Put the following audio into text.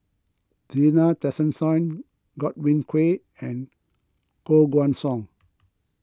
Zena Tessensohn Godwin Koay and Koh Guan Song